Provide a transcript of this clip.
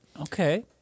Okay